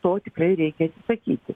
to tikrai reikia atsisakyti